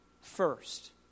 first